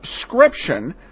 subscription